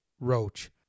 Roach